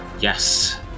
Yes